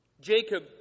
jacob